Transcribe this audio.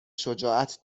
شجاعت